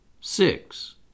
six